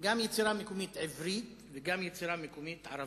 גם יצירה מקומית עברית וגם יצירה מקומית ערבית.